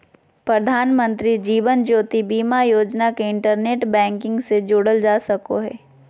प्रधानमंत्री जीवन ज्योति बीमा योजना के internet banking से जोड़ल जा सको हय